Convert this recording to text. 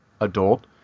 adult